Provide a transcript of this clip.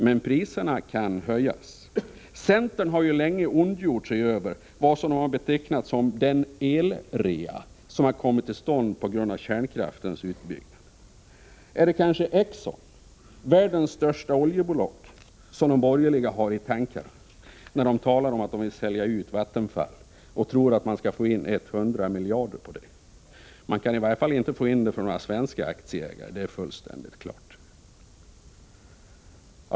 Men priserna kan höjas. Centern har ju länge ondgjort sig över vad man betecknat som den ”elrea” som har kommit till stånd genom kärnkraftens utbyggnad. Är det kanske Exxon, världens största oljebolag, som de borgerliga har i tankarna när de talar om att sälja ut Vattenfall och tror att de skall få in 100 miljarder på det? Man kan i varje fall inte få in det från några svenska aktieägare, det är fullständigt klart.